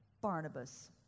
Barnabas